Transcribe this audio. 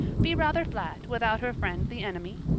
be rather flat without her friend the enemy?